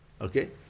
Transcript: Okay